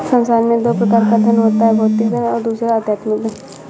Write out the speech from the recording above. संसार में दो प्रकार का धन होता है भौतिक धन और दूसरा आध्यात्मिक धन